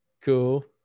Cool